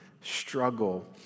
struggle